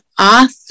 author